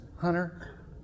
Hunter